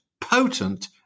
potent